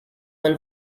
when